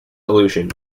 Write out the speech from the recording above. illusion